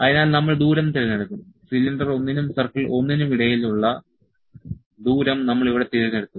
അതിനാൽ നമ്മൾ ദൂരം തിരഞ്ഞെടുക്കും സിലിണ്ടർ 1 നും സർക്കിൾ 1 നും ഇടയിലുള്ള ദൂരം നമ്മൾ ഇവിടെ തിരഞ്ഞെടുത്തു